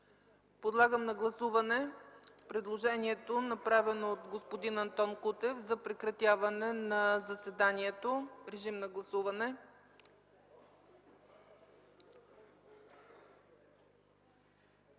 Подлагам на гласуване предложението, направено от господин Антон Кутев, за прекратяване на заседанието. Гласували